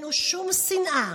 בליבנו שום שנאה